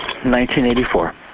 1984